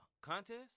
contest